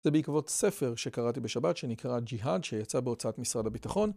זה בעקבות ספר שקראתי בשבת שנקרא "ג'יהאד", שיצא בהוצאת משרד הביטחון.